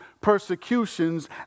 persecutions